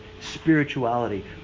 spirituality